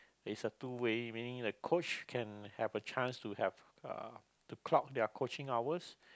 it's a two way meaning the coach can have a chance to have uh to clock their coaching hours